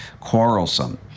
quarrelsome